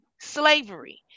slavery